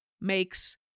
makes